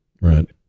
Right